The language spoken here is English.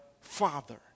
father